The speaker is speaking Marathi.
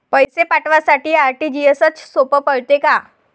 पैसे पाठवासाठी आर.टी.जी.एसचं सोप पडते का?